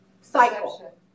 cycle